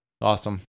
Awesome